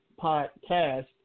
podcast